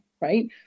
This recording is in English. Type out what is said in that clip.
right